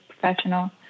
professional